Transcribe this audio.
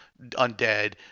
undead